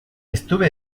estuve